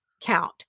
count